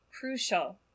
crucial